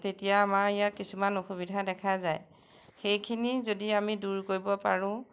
তেতিয়া আমাৰ ইয়াত কিছুমান অসুবিধা দেখা যায় সেইখিনি যদি আমি দূৰ কৰিব পাৰোঁ